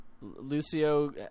Lucio